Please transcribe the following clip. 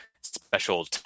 special